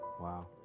Wow